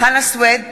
חנא סוייד,